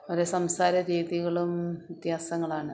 ഓരോ സംസാര രീതികളും വ്യത്യാസങ്ങളാണ്